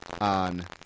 on